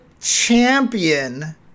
champion